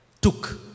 took